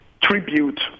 tribute